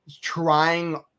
trying